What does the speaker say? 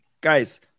guys